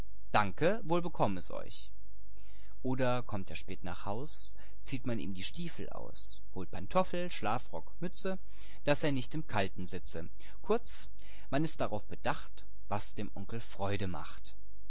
danke wohl bekomm es euch oder kommt er spät nach haus zieht man ihm die stiefel aus holt pantoffel schlafrock mütze daß er nicht im kalten sitze kurz man ist darauf bedacht was dem onkel freude macht